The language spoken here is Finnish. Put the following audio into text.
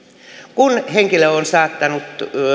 kun henkilö on saattanut